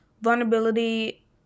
vulnerability